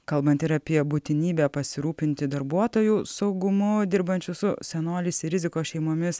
kalbant ir apie būtinybę pasirūpinti darbuotojų saugumu dirbančių su senoliais rizikos šeimomis